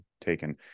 taken